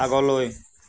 আগলৈ